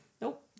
Nope